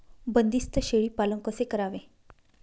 बंदिस्त शेळीचे पालन कसे करावे?